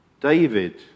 David